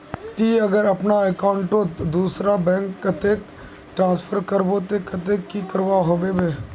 ती अगर अपना अकाउंट तोत दूसरा बैंक कतेक ट्रांसफर करबो ते कतेक की करवा होबे बे?